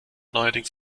neuerdings